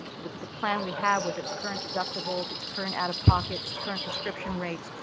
the the plan we have with it's current adaptable, it's it's current out of pocket, it's current prescription rates.